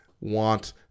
want